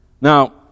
Now